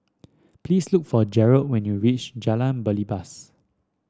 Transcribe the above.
please look for Jerold when you reach Jalan Belibas